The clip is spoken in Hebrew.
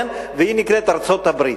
והיא נקראת ארצות-הברית.